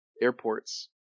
airports